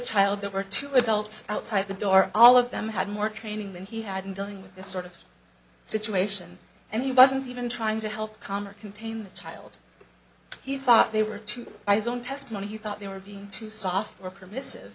child there were two adults outside the door all of them had more training than he had been doing with this sort of situation and he wasn't even trying to help calm or contain the child he thought they were to his own testimony he thought they were being too soft or permissive